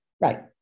Right